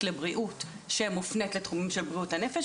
לבריאות שמופנית לתחומים של בריאות הנפש,